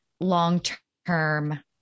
long-term